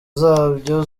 zabyo